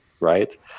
right